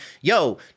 yo